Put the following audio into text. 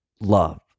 love